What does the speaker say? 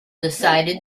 decided